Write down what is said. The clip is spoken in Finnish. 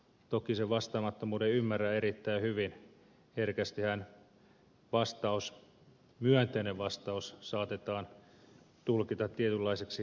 toki sen vastaamattomuuden ymmärrän erittäin hyvin herkästihän myönteinen vastaus saatetaan tulkita tietynlaiseksi lupaukseksi